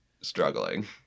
struggling